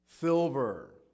Silver